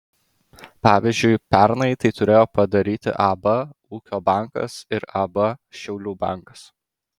pavyzdžiui pernai tai turėjo padaryti ab ūkio bankas ir ab šiaulių bankas